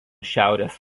šiaurės